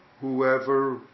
whoever